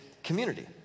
community